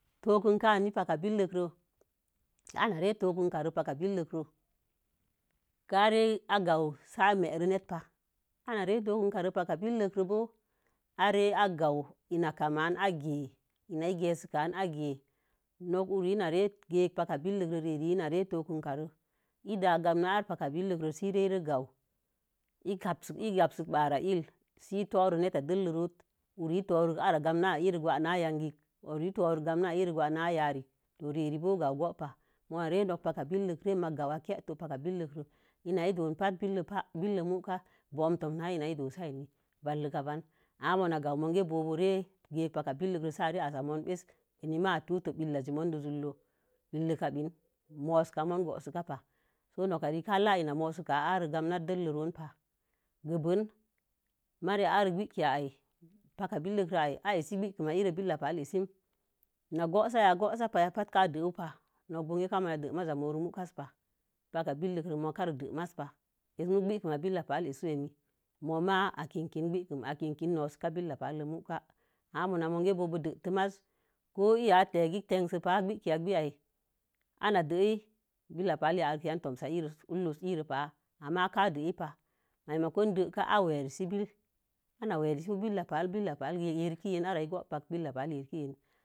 Tookuka a'a na paka billək. Na re tookuka re nok paka billək kare sə a gawu si a merenit pa ana re paka billək bo̱o̱ are aganwu ina kawul boo sə agə ina i gehkan ige. Nok wuri ina regə paka billək rea're ire tokunka kare. Ida'a gekə paka billək ge sə i re ganwu gamsi ba'arainen. Sə i turo paka dəllənkə huri i sə toro gama ē na yangikin uwur i totoru gamna na yari āa yankə re a're boo go'o pama re billək. Ina ē don batə billək lei muka bowu tosəsi na t n. ē dosa'i ni. Ama ma̱o̱ gawu monke bo̱o̱ re nok paka̱ billək reyakə a mo̱o̱n bo̱o̱ belik ka belin modo'o zu'uo mowuka mon gowukapa so noka rei ka la ēna monsə gamre dəllək ron pa. gebelin mariya ande a'a paka billək kam gwoog ma billək pa lei asikə go'osapa. Na go'osa go'osa payamii ka dəwinpa nok kami na dəpa nok paka billək. Nok kwermi ma billək pa ēsəpa mo'oma a kin gwinkin mii ko billək pale'e mukə. Ama ma mo̱o̱ gebo̱o̱ deige masa̱. boo i ēyaia'ata̱tin tosipa anadei billək pa ma yarilek yamne tosaire si ire pah ka ma duhar ba. Maimakon daika-awerisi ana werisi billək pa. Billək palil yelkiyen ara'a go'opak billək pay yelk yelne.